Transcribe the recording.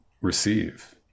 receive